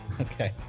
Okay